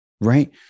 right